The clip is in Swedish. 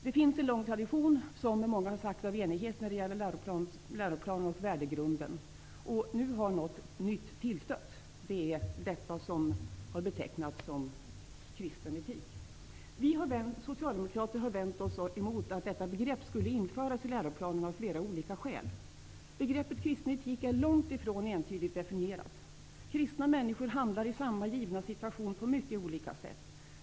Det finns, som många har sagt, en lång tradition med enighet när det gäller läroplaner och synen på skolans värdegrund. Nu har någonting nytt tillstött -- detta som har betecknats som kristen etik. Vi socialdemokrater har av flera skäl vänt oss mot att detta begrepp skulle införas i läroplanen. Begreppet ''kristen etik'' är långt ifrån entydigt definierat. Kristna människor handlar i samma givna situation på mycket olika sätt.